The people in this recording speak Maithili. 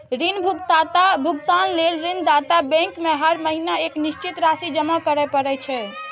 ऋण भुगतान लेल ऋणदाता बैंक में हर महीना एक निश्चित राशि जमा करय पड़ै छै